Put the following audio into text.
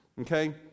okay